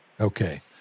Okay